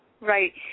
right